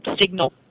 signal